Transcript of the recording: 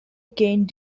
gained